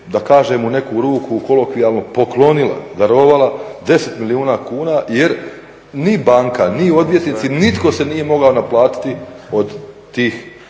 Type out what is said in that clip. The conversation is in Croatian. da kažem u neku ruku kolokvijalno poklonila, darovala 10 milijuna kuna jer ni banka ni odvjetnici nitko se nije mogao naplatiti od tih